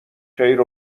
خیر